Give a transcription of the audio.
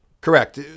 Correct